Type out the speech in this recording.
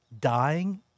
dying